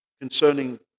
concerning